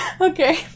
Okay